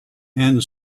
and